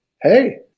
hey